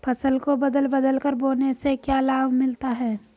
फसल को बदल बदल कर बोने से क्या लाभ मिलता है?